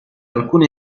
alcune